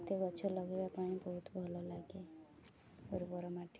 ମୋତେ ଗଛ ଲଗେଇବା ପାଇଁ ବହୁତ ଭଲ ଲାଗେ ଉର୍ବର ମାଟିରେ